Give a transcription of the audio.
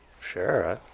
Sure